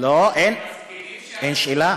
אין שאלה.